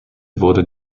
wurde